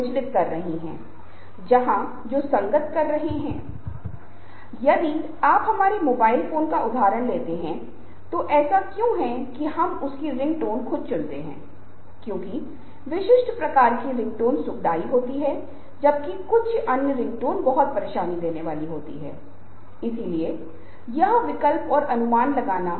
इसलिए जब हम एक और दूसरे रिश्ते या संचार को समझने के बारे में बात कर रहे हैं तो समझ सममित है और जब हम सलाह दे रहे हैं तो यह सममित हो जाता है क्योंकि कोई व्यक्ति दूसरे पर हावी होने की कोशिश कर रहा है या दूसरे के बारे में श्रेष्ठता की भावना रखता है